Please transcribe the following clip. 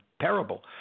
Terrible